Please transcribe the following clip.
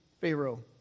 Pharaoh